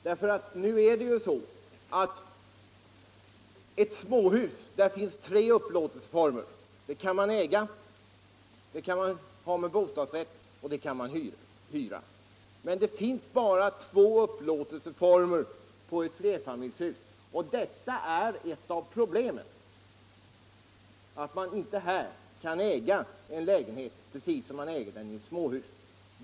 Det är ju så att det finns tre upplåtelseformer för småhus: man kan äga det, man kan nyttja det med bostadsrätt och man kan hyra det. Men det finns bara två upplåtelseformer när det gäller lägenheter i flerfamiljshus. Det är ett av problemen — att man inte kan äga en lägenhet där precis som man äger den i ett småhus.